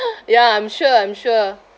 ya I'm sure I'm sure